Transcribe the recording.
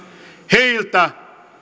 heiltä